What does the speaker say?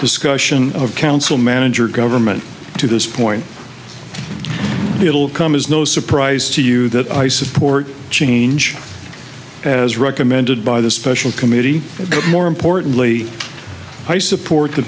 discussion of counsel manager government to this point it will come as no surprise to you that i support change as recommended by the special committee but more importantly i support the